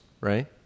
right